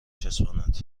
چسباند